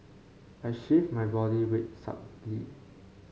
I shift my body weight subtly